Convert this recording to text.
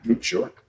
Sure